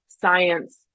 science